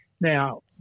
Now